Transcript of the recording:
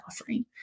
offering